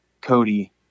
Cody